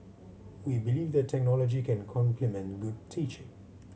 we believe that technology can complement good teaching